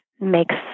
makes